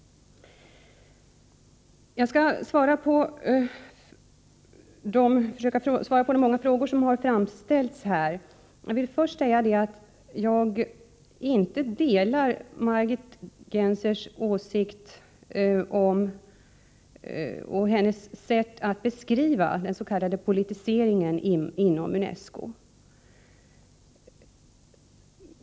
Jag skall försöka svara på de många frågor som här har framställts. Jag vill först säga att jag inte delar Margit Gennsers åsikt om och inte instämmer i hennes sätt att beskriva den s.k. politiseringen inom UNESCO.